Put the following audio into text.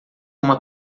uma